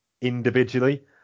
individually